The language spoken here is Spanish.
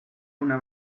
una